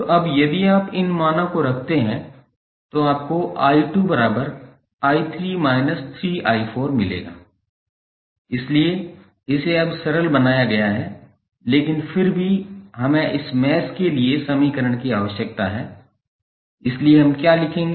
तो अब यदि आप इन मानों को रखते हैं तो आपको 𝑖2𝑖3−3𝑖4 मिलेगा इसलिए इसे अब सरल बनाया गया है लेकिन फिर भी हमें इस मैश के लिए समीकरण की आवश्यकता है इसलिए हम क्या लिखेंगे